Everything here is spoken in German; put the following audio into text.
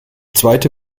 zweite